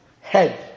head